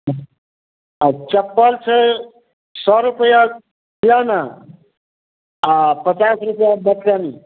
आ चप्पल छै सए रुपैआ सिआना आ पचास रुपैआ बच्चानी